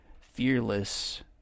fearless